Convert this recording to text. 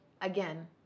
again